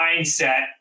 mindset